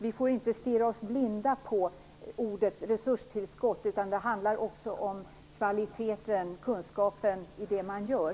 Vi får inte stirra oss blinda på ordet resurstillskott, utan det handlar om kvaliteten och kunskapen i det man gör.